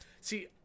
See